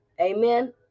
Amen